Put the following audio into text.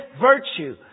virtue